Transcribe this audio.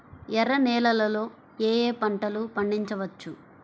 ఎర్ర నేలలలో ఏయే పంటలు పండించవచ్చు?